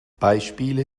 beispiele